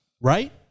right